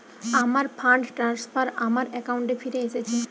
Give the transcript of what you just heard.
আমার fund transfer আমার অ্যাকাউন্টে ফিরে এসেছে